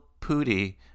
pootie